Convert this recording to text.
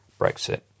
Brexit